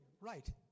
right